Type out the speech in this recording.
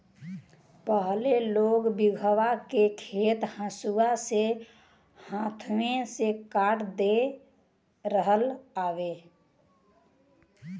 पहिले लोग बीघहा के खेत हंसुआ से हाथवे से काट देत रहल हवे